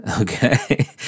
Okay